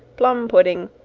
plum pudding,